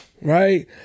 Right